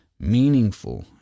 meaningful